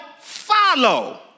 follow